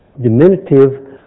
diminutive